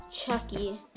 chucky